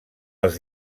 els